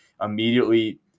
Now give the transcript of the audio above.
immediately